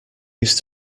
used